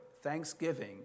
Thanksgiving